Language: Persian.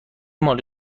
مال